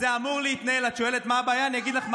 מה הבעיה שלך עם המתיישבים?